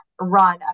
run